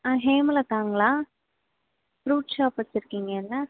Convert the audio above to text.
ஆ ஹேமலதாங்களா fruit shop வச்சுருக்கீங்க இல்லை